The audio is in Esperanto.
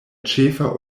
ĉefa